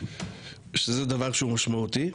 שזה דבר שהוא משמעותי.